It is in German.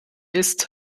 ist